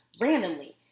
randomly